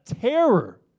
terror